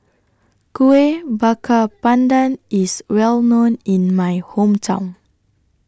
Kueh Bakar Pandan IS Well known in My Hometown